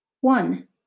One